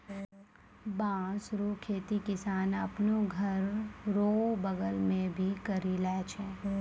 बाँस रो खेती किसान आपनो घर रो बगल मे भी करि लै छै